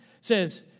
says